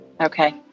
okay